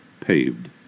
paved